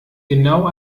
genau